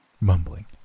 mumbling